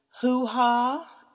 hoo-ha